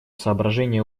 соображения